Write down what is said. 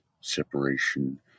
separation